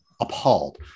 appalled